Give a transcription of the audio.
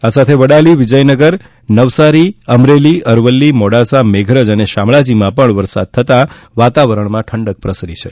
આ સાથે વડાલી વિજયનગર નવસારી અમરેલી અરવલ્લી મોડાસા મેઘરજ અને શામળાજીમાં પણ વરસાદ થતાં વાતાવરણમાં ઠંડક પ્રસરી છે